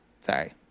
sorry